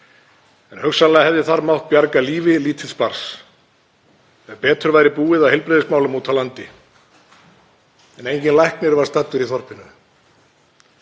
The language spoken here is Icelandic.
en hugsanlega hefði þar mátt bjarga lífi lítils barns ef betur væri búið að heilbrigðismálum úti á landi, en enginn læknir var staddur í þorpinu.